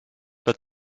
but